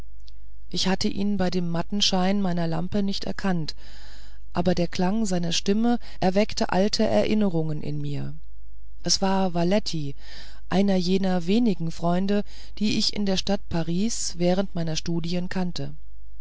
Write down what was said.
ich hatte ihn bei dem matten schein meiner lampe nicht erkannt aber der klang seiner stimme erweckte alte erinnerungen in mir es war valetty einer jener wenigen freunde die ich in der stadt paris während meiner studien kannte